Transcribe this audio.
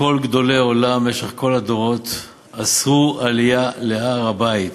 כל גדולי עולם במשך כל הדורות אסרו עלייה להר-הבית,